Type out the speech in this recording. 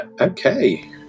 Okay